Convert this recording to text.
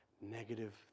Negative